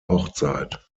hochzeit